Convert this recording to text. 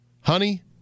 Honey